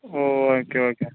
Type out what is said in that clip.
O okay okay